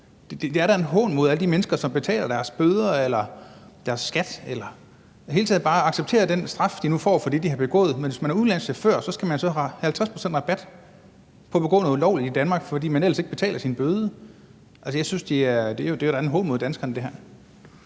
det er da en hån mod alle de mennesker, som betaler deres bøder eller deres skat eller i det hele taget bare accepterer den straf, de nu får for det, de har begået. Men hvis man er udenlandsk chauffør, skal man så have 50 pct. rabat på bøden for at begå noget ulovligt i Danmark, fordi man ellers ikke betaler sin bøde. Jeg synes, det her da er en hån mod danskerne. Kl.